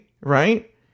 right